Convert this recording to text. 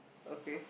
okay